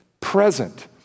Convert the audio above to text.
present